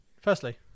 firstly